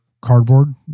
cardboard